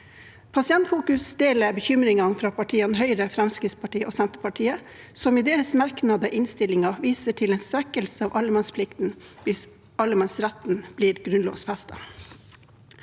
Pasientfokus deler bekymringene fra partiene Høyre, Fremskrittspartiet og Senterpartiet, som i sine merknader i innstillingen viser til en svekkelse av allemannsplikten hvis allemannsretten blir grunnlovfestet.